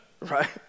right